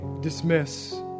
dismiss